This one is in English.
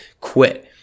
quit